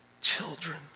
children